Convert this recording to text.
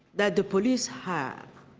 that the police have